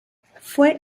fue